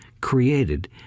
created